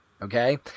Okay